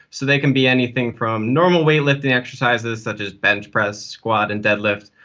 so they can be anything from normal weightlifting exercises such as benchpress, squat and dead lift,